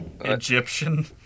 Egyptian